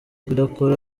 kudakora